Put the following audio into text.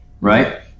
Right